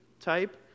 type